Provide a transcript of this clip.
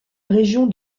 région